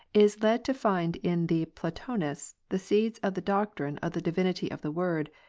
is led to find in the platonists the seeds of the doctrine of the divinity of the word,